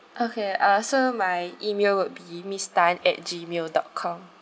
okay uh so my email would be miss tan at G mail dot com